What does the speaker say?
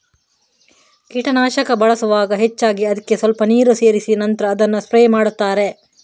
ಕೀಟನಾಶಕ ಬಳಸುವಾಗ ಹೆಚ್ಚಾಗಿ ಅದ್ಕೆ ಸ್ವಲ್ಪ ನೀರು ಸೇರಿಸಿ ನಂತ್ರ ಅದನ್ನ ಸ್ಪ್ರೇ ಮಾಡ್ತಾರೆ